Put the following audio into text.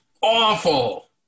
awful